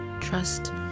Trust